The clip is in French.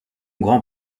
grand